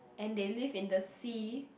and they live in the sea